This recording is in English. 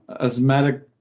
asthmatic